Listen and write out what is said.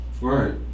Right